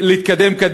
ולהתקדם.